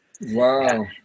Wow